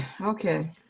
okay